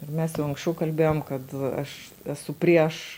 ir mes jau anksčiau kalbėjom kad aš esu prieš